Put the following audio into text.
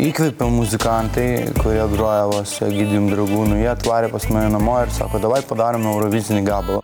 įkvėpia muzikantai kurie groja va su egidijum dragūnu jie atvarė pas mane namo ir sako davai padarom eurovizinį gabalą